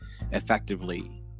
effectively